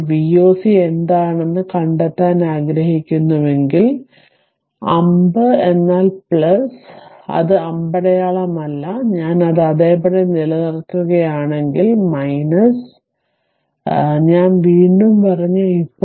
ഇപ്പോൾ V oc എന്താണെന്ന് കണ്ടെത്താൻ ആഗ്രഹിക്കുന്നുവെങ്കിൽ അമ്പ് എന്നാൽ അത് അമ്പടയാളമല്ല ഞാൻ അത് അതേപടി നിലനിർത്തുകയാണെങ്കിൽ ഞാൻ വീണ്ടും പറഞ്ഞു